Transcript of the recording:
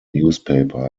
newspaper